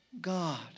God